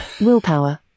willpower